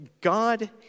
God